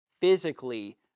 physically